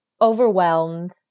overwhelmed